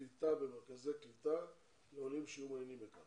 לקליטה במרכזי קליטה לעולים שיהיו מעוניינים בכך.